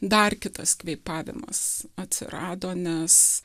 dar kitas kvėpavimas atsirado nes